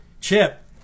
Chip